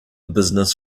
business